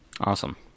Awesome